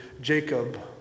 Jacob